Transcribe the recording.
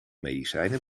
medicijnen